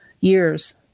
years